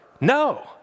No